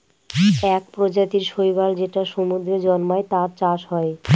এক প্রজাতির শৈবাল যেটা সমুদ্রে জন্মায়, তার চাষ হয়